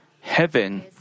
heaven